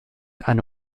eine